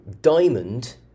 diamond